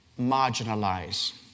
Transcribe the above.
marginalize